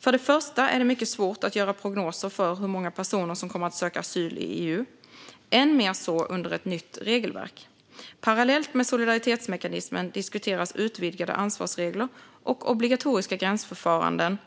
För det första är det mycket svårt att göra prognoser för hur många personer som kommer att söka asyl i EU - än mer så under ett nytt regelverk. Parallellt med solidaritetsmekanismen diskuteras utvidgade ansvarsregler och obligatoriska gränsförfaranden